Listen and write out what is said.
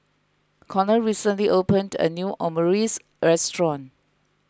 Conor recently opened a new Omurice restaurant